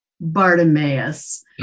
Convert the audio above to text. Bartimaeus